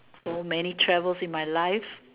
so many travels in my life